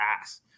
ass